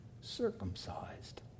circumcised